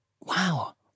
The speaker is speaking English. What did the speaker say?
Wow